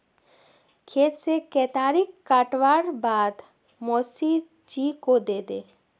खेत से केतारी काटवार बाद मोसी जी को दे दे